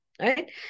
right